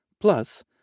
Plus